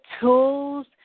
tools